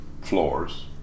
floors